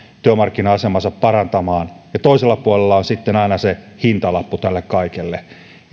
työmarkkina asemaansa parantamaan ja toisella puolella on sitten aina se hintalappu tälle kaikelle